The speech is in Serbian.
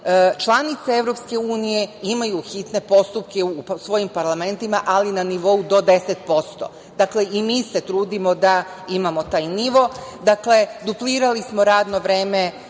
članice EU imaju hitne postupke u svojim parlamentima, ali na nivou do 10%. Dakle, i mi se trudimo da imamo taj nivo. Dakle, duplirali smo radno vreme